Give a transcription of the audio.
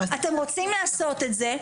אתם רוצים לעשות את זה?